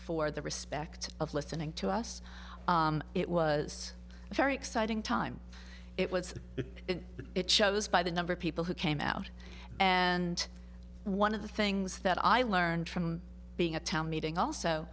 for the respect of listening to us it was a very exciting time it was it shows by the number of people who came out and one of the things that i learned from being a town meeting also